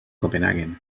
copenhaguen